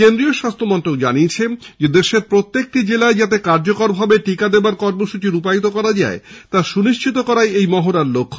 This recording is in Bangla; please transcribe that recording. কেন্দ্রীয় স্বাস্থ্যমন্ত্রক জানিয়েছে দেশে প্রত্যেকটি জেলায় যাতে কার্যকরভাবে টীকাদান কর্মসূচী রূপায়িত করা যায় তা সুনিশ্চিত করাই এই মহড়ার লক্ষ্য